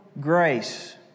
grace